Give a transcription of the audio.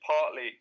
partly